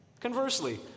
Conversely